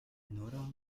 nora